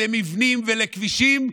למבנים ולכבישים,